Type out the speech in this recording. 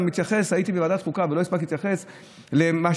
הייתי בוועדת החוקה ולא הספקתי להתייחס למה